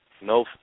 no